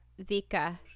Vika